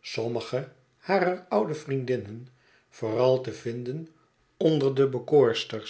sommige harer oude vriendinnen vooral te vinden onder de